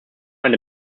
eine